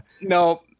no